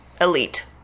elite